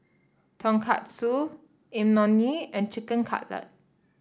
Tonkatsu Imoni and Chicken Cutlet